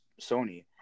Sony